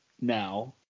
now